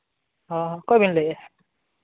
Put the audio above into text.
ᱦᱚᱸ ᱚᱠᱚᱭᱵᱤᱱ ᱞᱟᱹᱭᱮᱫᱼᱟ